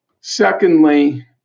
Secondly